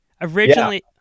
Originally